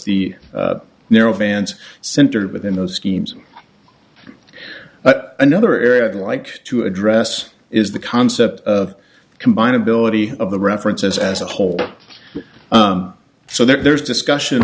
the narrow vans centered within those schemes but another area i'd like to address is the concept of combine ability of the references as a whole so there's discussion